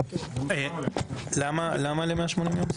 למה ל-180 יום?